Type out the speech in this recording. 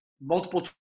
multiple